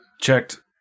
checked